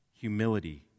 humility